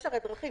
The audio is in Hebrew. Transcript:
יש הרי דרכים,